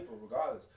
regardless